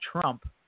Trump